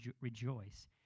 rejoice